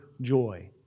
joy